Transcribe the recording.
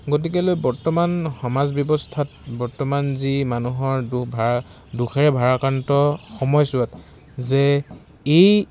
গতিকেলৈ বৰ্তমান সমাজ ব্যৱস্থাত বৰ্তমান যি মানুহৰ দু ভা দুখেৰে ভাৰাক্ৰান্ত সময়ছোৱাত যে এই